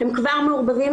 הם כבר מעורבבים,